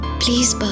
please